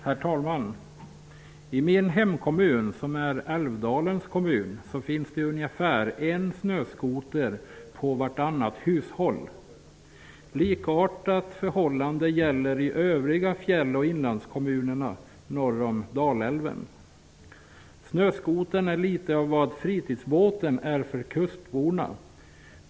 Herr talman! I min hemkommun Älvdalen finns det ungefär en snöskoter i vartannat hushåll. Likartat förhållande råder i övriga fjäll och inlandskommuner norr om Dalälven. Snöskotern är litet av vad fritidsbåten är för kustborna.